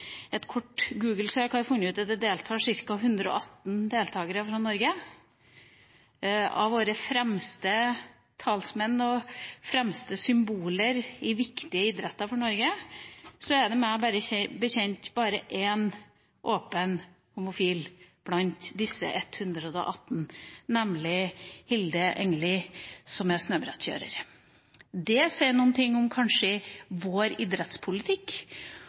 118 deltakere fra Norge – våre fremste talsmenn og våre fremste symboler for viktige idretter for Norge – og at det, meg bekjent, bare er én åpen homofil blant disse 118, nemlig Hilde Engeli, snøbrettkjører, så syns jeg kanskje det sier noe om vår idrettspolitikk